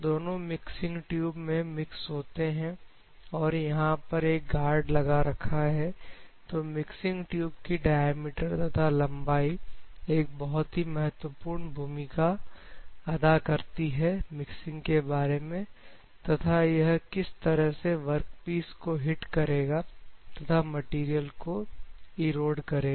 दोनों mixing tube में mix होते हैं और यहां पर एक गार्ड लगा रखा है तो मिक्सिंग ट्यूब की डायमीटर तथा लंबाई एक बहुत ही महत्वपूर्ण भूमिका अदा करती है मिक्सिंग के बारे में तथा यह किस तरह से वर्कपीस को हिट करेगा तथा मटेरियल को इरोड करेगा